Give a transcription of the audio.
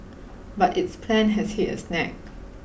but its plan has hit a snag